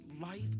life